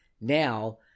now